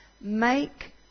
Make